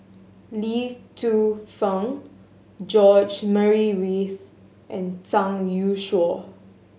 Lee Tzu Pheng George Murray Reith and Zhang Youshuo